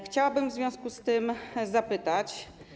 Chciałabym w związku z tym zapytać.